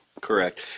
Correct